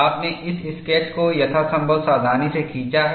आपने इस स्केच को यथासंभव सावधानी से खींचा है